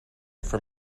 from